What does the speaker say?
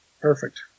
Perfect